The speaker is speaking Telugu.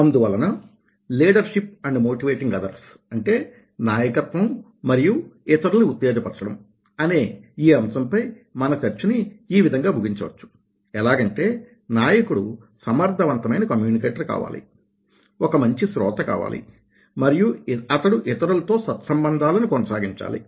అందువలన లీడర్షిప్ అండ్ మోటివేటింగ్ అదర్స్ అంటే నాయకత్వము మరియు ఇతరులని ఉత్తేజపరచడం అనే ఈ అంశంపై మన చర్చని ఈ విధంగా ముగించ వచ్చు ఎలాగంటే నాయకుడు సమర్థవంతమైన కమ్యూనికేటర్ కావాలి ఒక మంచి శ్రోత కావాలి మరియు అతడు ఇతరులతో సత్సంబంధాలని కొనసాగించాలి